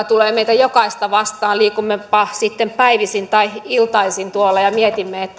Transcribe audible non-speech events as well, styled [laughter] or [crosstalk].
[unintelligible] tulee meitä jokaista vastaan liikummepa sitten päivisin tai iltaisin tuolla ja mietimme